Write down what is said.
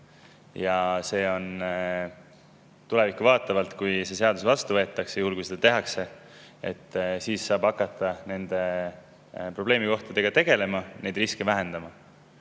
Ja see on tulevikku vaatav. Kui see seadus vastu võetakse, juhul kui seda tehakse, saab hakata nende probleemkohtadega tegelema ja neid riske vähendama.